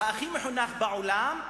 הכי מחונך בעולם,